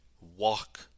walk